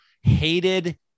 hated